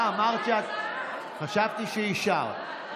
אה, חשבתי שאישרת.